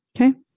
Okay